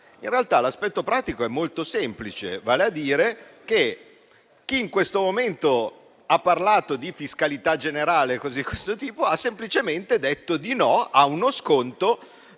in realtà l'aspetto pratico è molto semplice, vale a dire che chi in questo momento ha parlato di fiscalità generale e di cose di questo tipo ha semplicemente detto di no a uno sconto